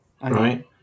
Right